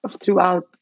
throughout